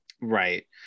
Right